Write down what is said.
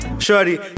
Shorty